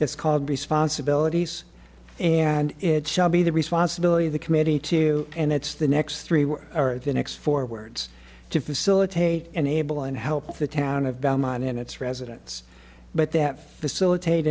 it's called responsibilities and it shall be the responsibility of the committee to end its the next three were or the next four words to facilitate enable and help the town of belmont in its residents but that facilitate